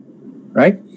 right